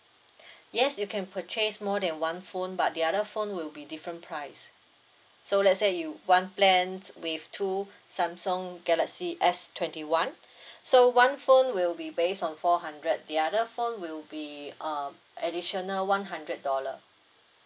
yes you can purchase more than one phone but the other phone will be different price so let's say you want plans with two samsung galaxy S twenty one so one phone will be based on four hundred the other phone will be um additional one hundred dollar